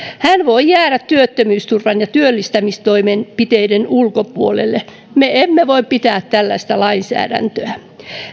hän voi jäädä työttömyysturvan ja työllistämistoimenpiteiden ulkopuolelle me emme voi pitää tällaista lainsäädäntöä